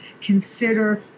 consider